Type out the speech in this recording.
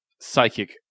psychic